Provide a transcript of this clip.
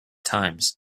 times